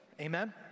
amen